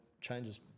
changes